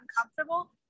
uncomfortable